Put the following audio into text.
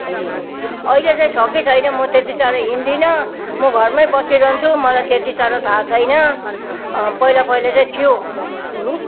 छैन अहिले चाहिँ छ कि छैन म त्यति साह्रो हिँड्दिनँ म घरमै बसिरहन्छु मलाई त्यति साह्रो थाहा छैन पहिला पहिला चाहिँ थियो